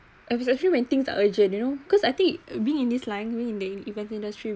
it was a feel when things are urgent you know cause I think being in this line naming in the event industry